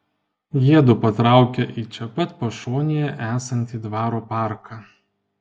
jiedu patraukia į čia pat pašonėje esantį dvaro parką